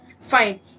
Fine